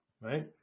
right